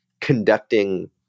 conducting